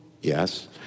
Yes